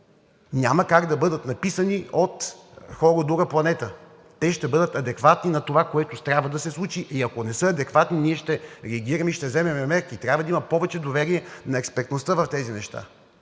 няма как да бъдат написани от хора от друга планета. Те ще бъдат адекватни на това, което трябва да се случи, и ако не са адекватни, ние ще реагираме и ще вземем мерки. Трябва да има повече доверие на експертността в тези неща.